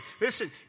listen